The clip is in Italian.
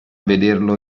vederlo